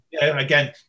Again